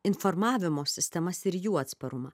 informavimo sistemas ir jų atsparumą